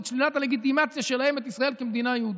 את השלילה שלהם את הלגיטימציה של ישראל כמדינה יהודית,